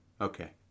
Okay